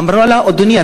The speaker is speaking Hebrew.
אמרה: אדוני,